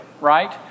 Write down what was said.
right